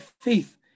faith